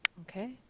Okay